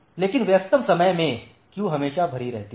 लेकिन व्यस्ततम समय में क्यू हमेशा भरी रहती हैं